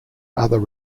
other